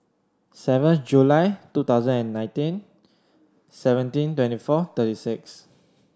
seventh July two thousand and nineteen seventeen twenty four thirty six